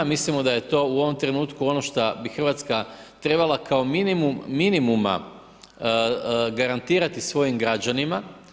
Mislimo da je to u ovom trenutku ono što bi Hrvatska trebala kao minimum minimuma garantirati svojim građanima.